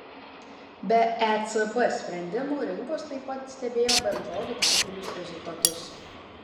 be ecb sprendimų rinkos taip pat stebėjo bendrovių tarpinius rezultatus